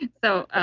and so,